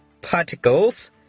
particles